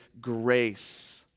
grace